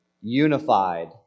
unified